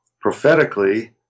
Prophetically